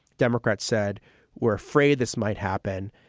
democrats said we're afraid this might happen.